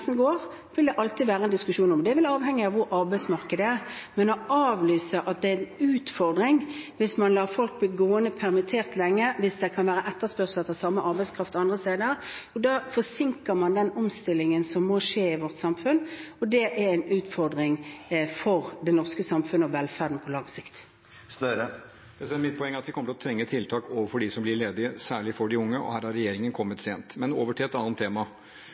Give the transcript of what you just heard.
går, vil det alltid være en diskusjon om, det vil avhenge av hvor arbeidsmarkedet er. Men å avvise at det er en utfordring å la folk bli gående permittert lenge hvis det er etterspørsel etter samme arbeidskraft andre steder – da forsinker man den omstillingen som må skje i vårt samfunn, og det er en utfordring for det norske samfunnet og velferden på lang sikt. Mitt poeng er at vi kommer til å trenge tiltak for dem som blir ledige, særlig for de unge, og her har regjeringen kommet sent. Men over til et annet tema: